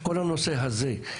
כל הנושא הזה.